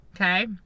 Okay